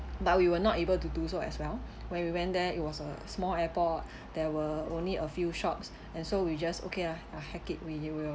but we were not able to do so as well when we went there it was a small airport there were only a few shops and so we just okay lah ah heck it we will